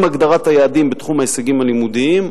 עם הגדרת היעדים בתחום ההישגים הלימודיים,